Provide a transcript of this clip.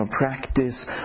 Practice